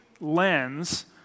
lens